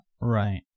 Right